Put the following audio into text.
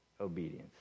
obedience